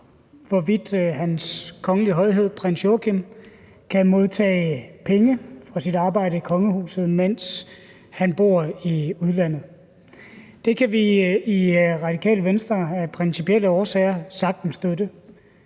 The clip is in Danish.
hvorvidt Hans Kongelige Højhed Prins Joachim kan modtage penge for sit arbejde i kongehuset, mens han bor i udlandet. Det kan vi i Radikale Venstre af principielle årsager sagtens støtte.